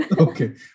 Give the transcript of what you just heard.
Okay